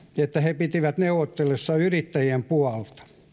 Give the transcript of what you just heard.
että he pitivät neuvotteluissa yrittäjien puolta